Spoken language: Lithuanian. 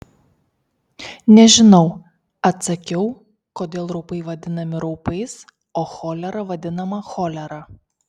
nežinau atsakiau kodėl raupai vadinami raupais o cholera vadinama cholera